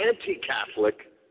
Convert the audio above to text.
anti-Catholic